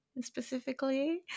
specifically